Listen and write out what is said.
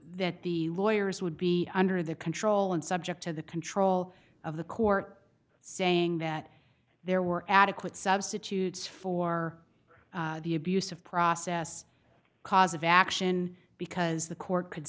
that the lawyers would be under their control and subject to the control of the court saying that there were adequate substitute for the abuse of process cause of action because the court could